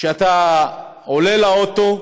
שאתה עולה לאוטו,